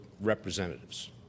representatives